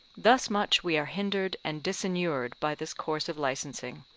thus much we are hindered and disinured by this course of licensing,